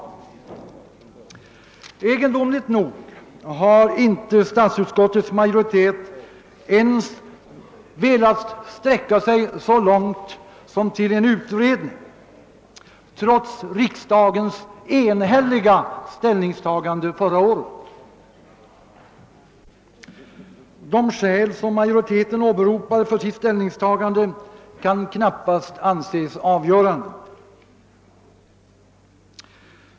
Egendomligt nog har inte statsutskottets majoritet ens velat sträcka sig så långt som till en utredning, trots riksdagens enhälliga uttalande förra året. De skäl som majoriteten åberopar för sitt ställningstagande kan knappast anses avgörande.